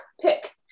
pick